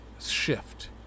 shift